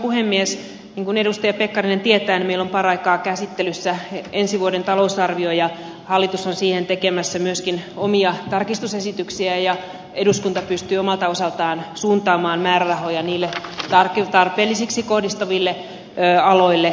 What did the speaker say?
niin kuin edustaja pekkarinen tietää meillä on paraikaa käsittelyssä ensi vuoden talousarvio ja hallitus on siihen tekemässä myöskin omia tarkistusesityksiä ja eduskunta pystyy omalta osaltaan suuntaamaan määrärahoja niille tarpeellisiksi katsomilleen aloille